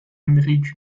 amérique